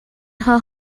her